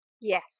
Yes